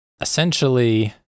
essentially